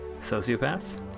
sociopaths